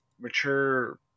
mature